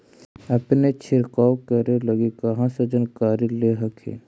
अपने छीरकाऔ करे लगी कहा से जानकारीया ले हखिन?